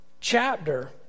chapter